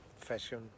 fashion